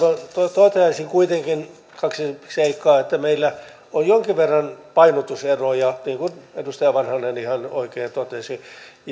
toteaisin kuitenkin kaksi seikkaa meillä on jonkin verran painotuseroja niin kuin edustaja vanhanen ihan oikein totesi